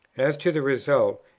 as to the result,